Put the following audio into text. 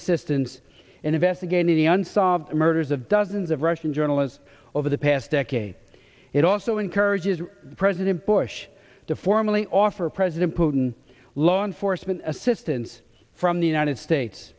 assistance in investigating the unsolved murders of dozens of russian journalists over the past decade it also encourages president bush to formally offer president putin law enforcement assistance from the united states